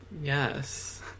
yes